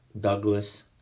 Douglas